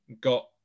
got